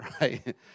right